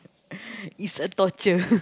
is a torture